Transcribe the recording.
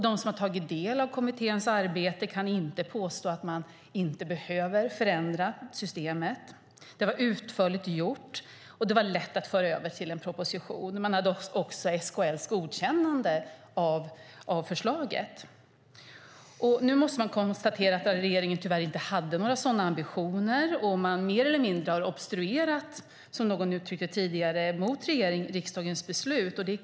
De som har tagit del av kommitténs arbete kan inte påstå att man inte behöver förändra systemet. Det var utförligt gjort, och det var lätt att föra över till en proposition. Man hade också SKL:s godkännande av förslaget. Nu måste vi konstatera att regeringen tyvärr inte hade några sådana ambitioner. Man har mer eller mindre obstruerat, som någon uttryckte det tidigare, mot riksdagens beslut.